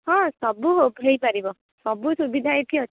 ହଁ ସବୁ ହେଇପାରିବ ସବୁ ସୁବିଧା ଏଇଠି ଅଛି